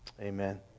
Amen